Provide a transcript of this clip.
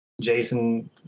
Jason